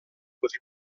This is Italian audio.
così